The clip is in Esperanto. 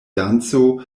danco